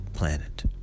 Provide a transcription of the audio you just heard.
planet